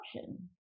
option